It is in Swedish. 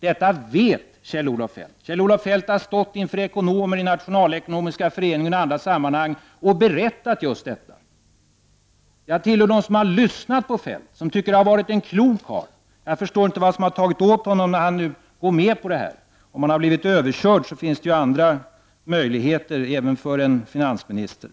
Detta vet Kjell-Olof Feldt. Kjell-Olof Feldt har stått inför ekonomer i nationalekonomiska föreningar och i andra sammanhang och berättat just dessa. Jag tillhör dem som har lyssnat på Kjell-Olof Feldt och tyckt att han är en klok karl. Jag förstår inte vad som har tagit åt honom när han nu går med på detta förslag. Om han har blivit överkörd finns det andra möjligheter även för en finansminister.